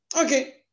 Okay